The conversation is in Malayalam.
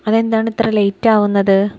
അതെന്താണ് ഇത്ര ലേറ്റ് ആകുന്നത്